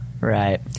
Right